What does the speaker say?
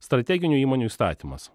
strateginių įmonių įstatymas